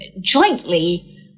jointly